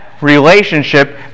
relationship